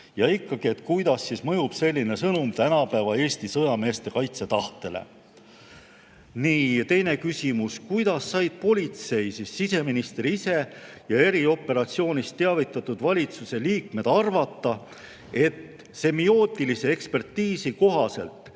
Ja ikkagi, kuidas mõjub selline sõnum tänapäeva Eesti sõjameeste kaitsetahtele? Ja teine küsimus: kuidas said politsei, siseminister ise ja erioperatsioonist teavitatud valitsuse liikmed arvata, et semiootilise ekspertiisi kohaselt